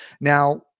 now